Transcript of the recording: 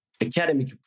academic